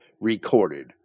recorded